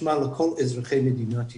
חשמל לכל אזרחי מדינת ישראל,